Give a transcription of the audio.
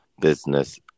Business